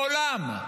מעולם,